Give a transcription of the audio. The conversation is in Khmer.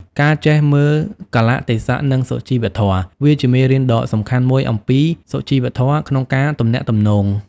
ការចេះមើលកាលៈទេសៈ និងសុជីវធម៌ វាជាមេរៀនដ៏សំខាន់មួយអំពី សុជីវធម៌ ក្នុងការទំនាក់ទំនង។